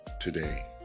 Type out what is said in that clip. today